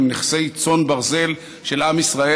הם נכסי צאן ברזל של עם ישראל.